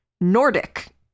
Nordic